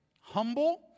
Humble